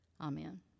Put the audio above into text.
Amen